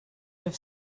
have